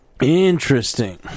Interesting